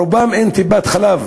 ברובם אין טיפת-חלב,